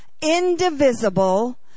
indivisible